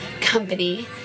company